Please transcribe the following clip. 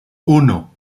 uno